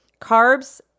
Carbs